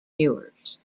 viewers